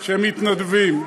שמתנדבים.